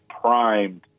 primed